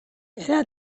era